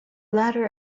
latter